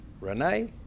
Renee